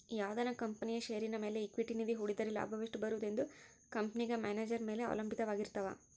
ಯಾವುದನ ಕಂಪನಿಯ ಷೇರಿನ ಮೇಲೆ ಈಕ್ವಿಟಿ ನಿಧಿ ಹೂಡಿದ್ದರೆ ಲಾಭವೆಷ್ಟು ಬರುವುದೆಂದು ಕಂಪೆನೆಗ ಮ್ಯಾನೇಜರ್ ಮೇಲೆ ಅವಲಂಭಿತವಾರಗಿರ್ತವ